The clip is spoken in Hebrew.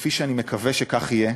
כפי שאני מקווה שיהיה,